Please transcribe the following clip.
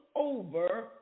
over